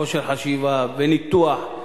כושר חשיבה וניתוח.